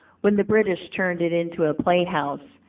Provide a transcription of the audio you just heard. when the british turned it into a play-house,